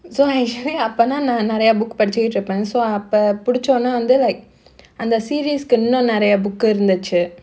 so I tried அப்பதா நறைய:appathaa naraiya book படிச்சுகிட்டு இருப்ப:padichukittu iruppa so அப்ப புடிச்சோன வந்து:appa pudichona vandhu like அந்த:andha series இன்னு நறைய:innu naraiya book இருந்துச்சு:irunthuchu